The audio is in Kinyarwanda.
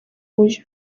uyu